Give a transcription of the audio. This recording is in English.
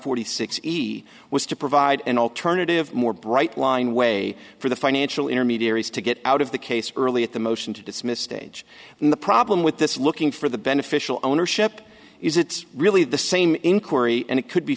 forty six easy was to provide an alternative more bright line way for the financial intermediaries to get out of the case early at the motion to dismiss stage and the problem with this looking for the beneficial ownership is it's really the same inquiry and it could be